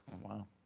Wow